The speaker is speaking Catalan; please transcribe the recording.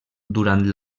durant